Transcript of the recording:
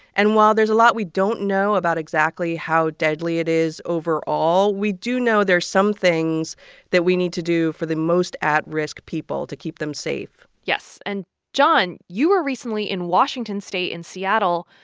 and while there's a lot we don't know about exactly how deadly it is overall, we do know there's some things that we need to do for the most at-risk people to keep them safe yes. and jon, you were recently in washington state, in seattle,